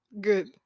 Good